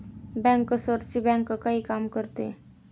बँकर्सची बँक काय काम करते?